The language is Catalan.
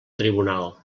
tribunal